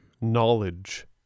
knowledge